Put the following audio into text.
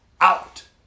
out